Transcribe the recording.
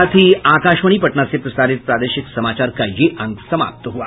इसके साथ ही आकाशवाणी पटना से प्रसारित प्रादेशिक समाचार का ये अंक समाप्त हुआ